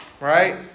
Right